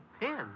pin